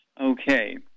Okay